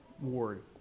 ward